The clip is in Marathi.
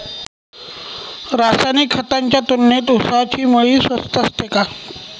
रासायनिक खतांच्या तुलनेत ऊसाची मळी स्वस्त असते का?